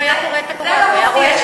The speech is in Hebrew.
אם הוא היה קורא את הקוראן הוא היה רואה,